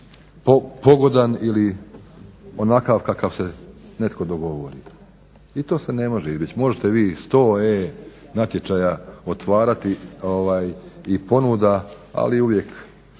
pogodan ili onakav kakav se netko dogovori i to se ne može izbjeći. Možete vi sto e-natječaja otvarati ovaj i ponuda ali uvijek